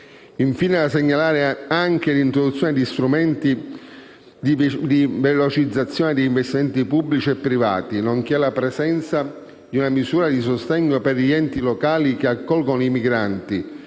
Infine, è da segnalare anche l'introduzione di strumenti di velocizzazione degli investimenti pubblici e privati, nonché la presenza di una misura di sostegno per gli enti locali che accolgono i migranti,